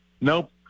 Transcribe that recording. Nope